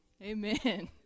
Amen